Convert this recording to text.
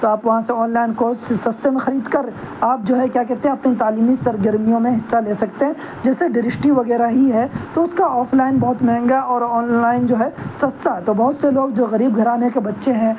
تو آپ وہاں سے آنلائن کورس سستے میں خرید کر آپ جو ہے کیا کہتے ہیں اپنی تعلیمی سرگرمیوں میں حصہ لے سکتے ہیں جیسے درشٹی وغیرہ ہی ہے تو اس کا آفلائن بہت مہنگا اور آنلائن جو ہے سستا تو بہت سے لوگ جو غریب گھرانے کے بچے ہیں